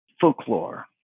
folklore